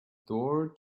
door